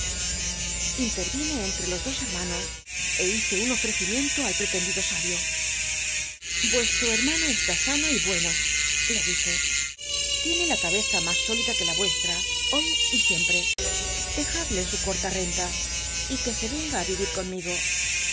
jntcjvine entre jos dos hermanos é hice un ofrecimiento al pretendido sabio vuestro hermano cshi sano y bueno le dije tiene la cabeza mas sólida que la vuestra hoy y siempre dejadle su coi'ta renta y que se renga virit conmigo